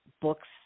books